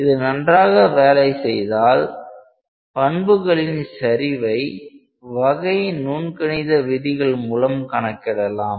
இது நன்றாக வேலை செய்தால் பண்புகளின் சரிவை வகை நுண்கணித விதிகள் மூலம் கணக்கிடலாம்